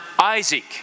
Isaac